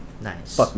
Nice